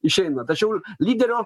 išeina tačiau lyderio